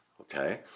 okay